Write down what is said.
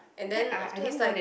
and then afterwards like